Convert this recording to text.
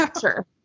Sure